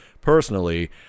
personally